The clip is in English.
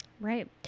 Right